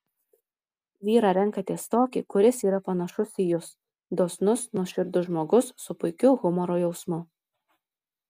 vyrą renkatės tokį kuris yra panašus į jus dosnus nuoširdus žmogus su puikiu humoro jausmu